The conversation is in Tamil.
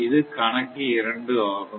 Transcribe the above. இது கணக்கு 2 ஆகும்